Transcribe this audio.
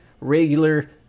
regular